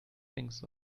thinks